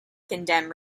condemn